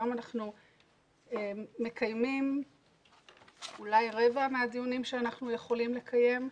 היום אנחנו מקיימים אולי רבע מהדיונים שאנחנו יכולים לקיים.